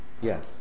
Yes